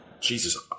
Jesus